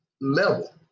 level